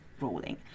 rolling